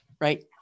right